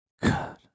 God